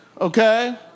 Okay